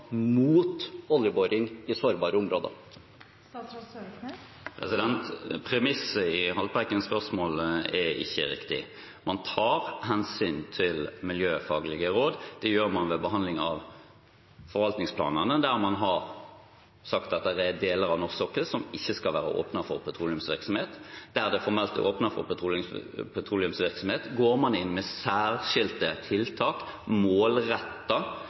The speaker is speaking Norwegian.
mot oljeboring i sårbare områder? Premisset i Haltbrekkens spørsmål er ikke riktig. Man tar hensyn til miljøfaglige råd. Det gjør man ved behandling av forvaltningsplanene, der man har sagt at det er deler av norsk sokkel som ikke skal være åpne for petroleumsvirksomhet. Der det formelt er åpnet for petroleumsvirksomhet, går man inn med særskilte tiltak